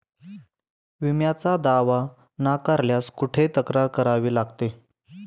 विम्याचा दावा नाकारल्यास कुठे तक्रार करावी लागते?